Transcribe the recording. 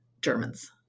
germans